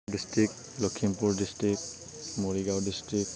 district Lakhimpur district Morigaon district